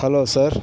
hello sir